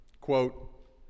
Quote